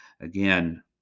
again